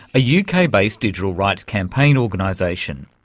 a uk-based digital rights campaign organisation.